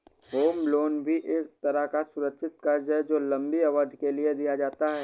home loan भी एक तरह का सुरक्षित कर्ज है जो लम्बी अवधि के लिए दिया जाता है